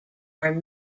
are